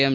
M